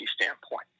standpoint